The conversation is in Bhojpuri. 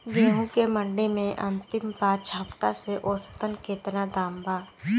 गेंहू के मंडी मे अंतिम पाँच हफ्ता से औसतन केतना दाम बा?